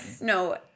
No